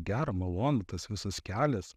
gera malonu tas visas kelias